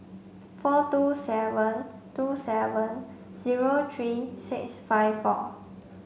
four two seven two seven zero three six five four